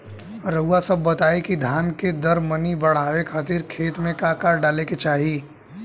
रउआ सभ बताई कि धान के दर मनी बड़ावे खातिर खेत में का का डाले के चाही?